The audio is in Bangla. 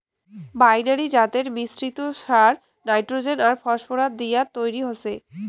বাইনারি জাতের মিশ্রিত সার নাইট্রোজেন আর ফসফরাস দিয়াত তৈরি হসে